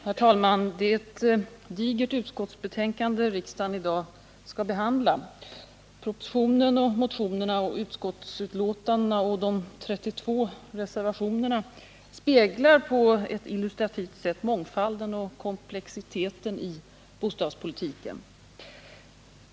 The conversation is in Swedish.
Herr talman! Det är ett digert utskottsbetänkande som riksdagen i dag skall behandla. Propositionen, motionerna, utskottsbetänkandet och de 32 reservationerna speglar på ett illustrativt sätt mångfalden och komplexiteten i bostadspolitiken.